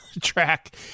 track